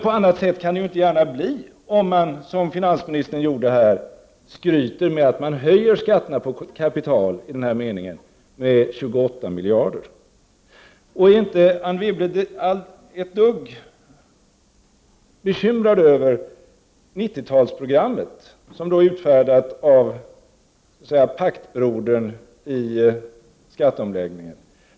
På annat sätt kan det inte gärna bli, om man, som finansministern gjorde här, skryter med att man höjer skatterna på kapital i den här meningen med 28 miljarder. Är inte Anne Wibble ett dugg bekymrad över 90-talsprogrammet, som är utfärdat av paktbrodern i skatteomläggningen?